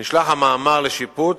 נשלח המאמר לשיפוט